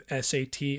SAT